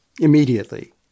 Immediately